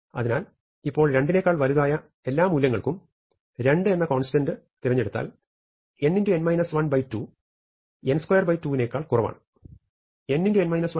അതിനാൽ ഇപ്പോൾ 2 നെക്കാൾ വലുതായ എല്ലാ മൂല്യങ്ങൾക്കും 2 എന്ന കോൺസ്റ്റന്റ് തിരഞ്ഞെടുത്താൽ n2 n22 നേക്കാൾ കുറവാണ്